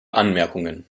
anmerkungen